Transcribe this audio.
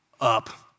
up